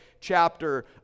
chapter